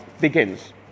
begins